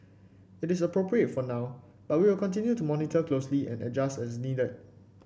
it is appropriate for now but we will continue to monitor closely and adjust as needed